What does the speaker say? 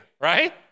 right